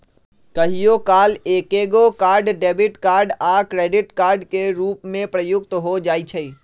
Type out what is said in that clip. कहियो काल एकेगो कार्ड डेबिट कार्ड आ क्रेडिट कार्ड के रूप में प्रयुक्त हो जाइ छइ